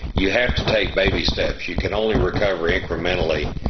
you have to take baby steps, you can only recover incrementally,